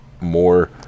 more